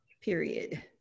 Period